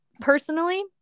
personally